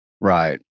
Right